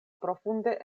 profunde